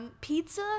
Pizza